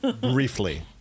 Briefly